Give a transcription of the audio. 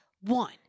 one